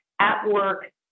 at-work